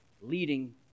leading